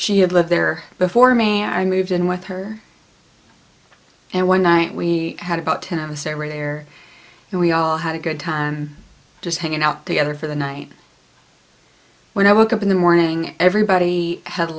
she had lived there before me i moved in with her and one night we had about him stay right there and we all had a good time just hanging out together for the night when i woke up in the morning everybody had